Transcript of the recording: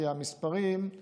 כי בסופו של דבר המספרים הם